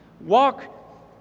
walk